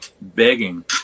begging